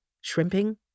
shrimping